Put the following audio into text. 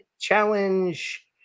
challenge